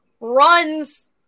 runs